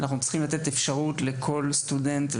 אנחנו צריכים לתת אפשרות לכל סטודנט,